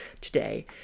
today